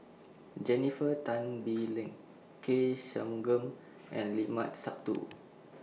Jennifer Tan Bee Leng K Shanmugam and Limat Sabtu